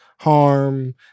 harm